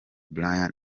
bryan